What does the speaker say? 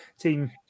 team